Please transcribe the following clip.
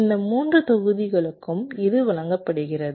இந்த 3 தொகுதிகளுக்கும் இது வழங்கப்படுகிறது